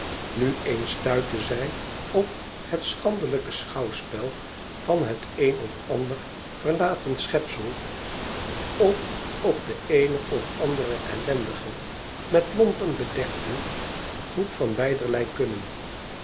nu eens stuitte zij op het schandelijke schouwspel van het een of ander verlaten schepsel of op de eene of andere ellendige met lompen bedekte groep van beiderlei kunne